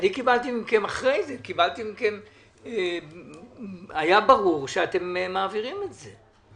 אחרי זה היה ברור שאתם מעבירים את זה.